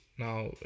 Now